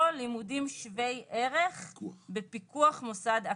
או לימודים שווי ערך בפיקוח מוסד אקדמי".